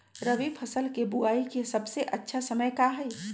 रबी फसल के बुआई के सबसे अच्छा समय का हई?